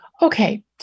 Okay